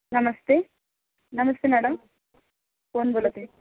नमस्ते नमस्ते मॅडम कोण बोलत आहे